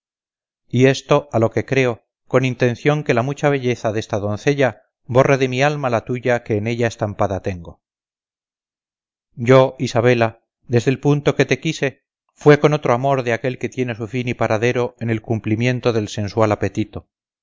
y esto a lo que creo con intención que la mucha belleza desta doncella borre de mi alma la tuya que en ella estampada tengo yo isabela desde el punto que te quise fue con otro amor de aquel que tiene su fin y paradero en el cumplimiento del sensual apetito